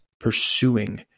pursuing